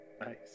nice